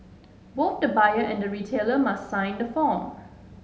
both the buyer and the retailer must sign the form